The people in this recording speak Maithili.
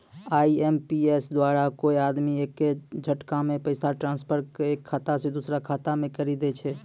आई.एम.पी.एस द्वारा कोय आदमी एक्के झटकामे पैसा ट्रांसफर एक खाता से दुसरो खाता मे करी दै छै